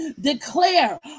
Declare